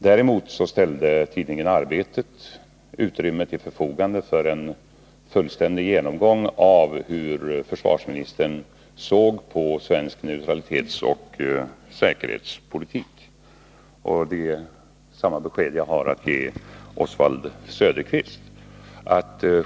Däremot ställde tidningen Arbetet utrymme till förfogande för en fullständig genomgång av hur försvarsministern såg på svensk neutralitetsoch säkerhetspolitik. Det är samma besked jag har att ge Oswald Söderqvist.